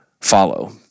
follow